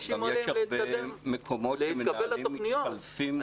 בהרבה מקומות מנהלים מתחלפים כל שנה.